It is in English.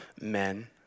men